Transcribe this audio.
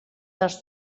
dels